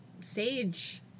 sage